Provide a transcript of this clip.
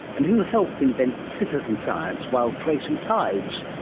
and who helped invent citizen science while tracing tides?